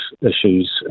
issues